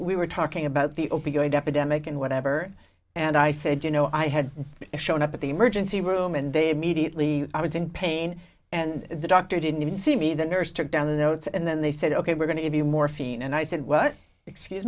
we were talking about the opioid epidemic and whatever and i said you know i had shown up at the emergency room and they immediately i was in pain and the doctor didn't even see me the nurse took down the notes and then they said ok we're going to have you morphine and i said well excuse